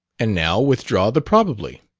and now withdraw the probably.